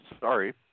Sorry